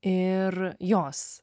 ir jos